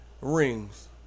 rings